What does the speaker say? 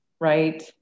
right